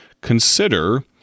Consider